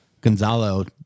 gonzalo